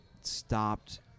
stopped